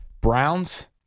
Browns